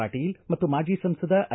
ಪಾಟೀಲ ಮತ್ತು ಮಾಜಿ ಸಂಸದ ಐ